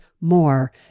more